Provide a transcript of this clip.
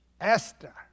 Esther